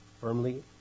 firmly